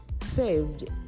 saved